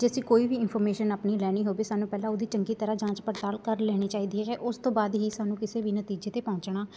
ਜੇ ਅਸੀਂ ਕੋਈ ਵੀ ਇਨਫੋਰਮੇਸ਼ਨ ਆਪਣੀ ਲੈਣੀ ਹੋਵੇ ਸਾਨੂੰ ਪਹਿਲਾਂ ਉਹਦੀ ਚੰਗੀ ਤਰ੍ਹਾਂ ਜਾਂਚ ਪੜਤਾਲ ਕਰ ਲੈਣੀ ਚਾਹੀਦੀ ਹੈ ਉਸ ਤੋਂ ਬਾਅਦ ਹੀ ਸਾਨੂੰ ਕਿਸੇ ਵੀ ਨਤੀਜੇ 'ਤੇ ਪਹੁੰਚਣਾ